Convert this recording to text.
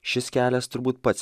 šis kelias turbūt pats